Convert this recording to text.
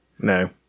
No